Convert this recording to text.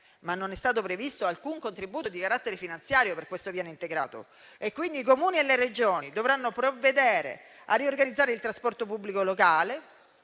stato tuttavia previsto alcun contributo di carattere finanziario per questo piano integrato, quindi i Comuni e le Regioni dovranno provvedere a riorganizzare il trasporto pubblico locale,